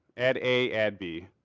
ad a, ad b.